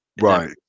Right